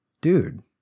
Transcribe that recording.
dude